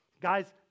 Guys